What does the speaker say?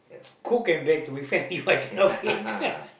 cook and bake with family I cannot bake